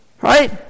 Right